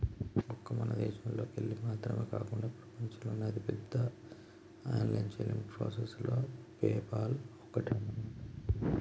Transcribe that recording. ఒక్క మన దేశంలోకెళ్ళి మాత్రమే కాకుండా ప్రపంచంలోని అతిపెద్ద ఆన్లైన్ చెల్లింపు ప్రాసెసర్లలో పేపాల్ ఒక్కటి అన్నమాట